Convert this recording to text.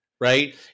right